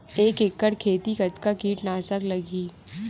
एक एकड़ खेती कतका किट नाशक लगही?